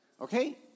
Okay